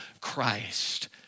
Christ